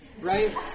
Right